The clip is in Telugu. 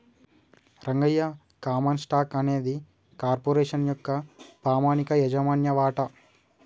రంగయ్య కామన్ స్టాక్ అనేది కార్పొరేషన్ యొక్క పామనిక యాజమాన్య వాట